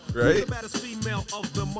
right